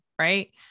right